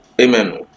Amen